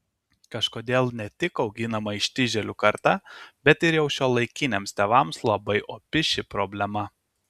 kažkodėl ne tik auginama ištižėlių karta bet jau ir šiuolaikiniams tėvams labai opi ši problema